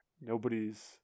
Nobody's